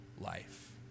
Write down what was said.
life